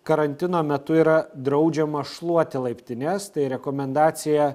karantino metu yra draudžiama šluoti laiptines tai rekomendacija